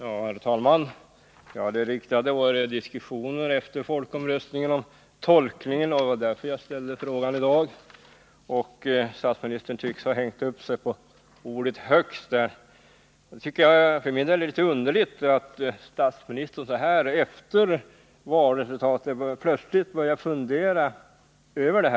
Herr talman! Det är riktigt att det förts diskussioner efter folkomröstningen om tolkningen. Det var därför jag ställde min fråga. Statsministern tycks ha hängt upp sig på ordet högst. Jag tycker för min del att det är litet underligt att statsministern nu, när vi har valresultatet, plötsligt börjar fundera över detta.